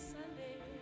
Sunday